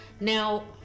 Now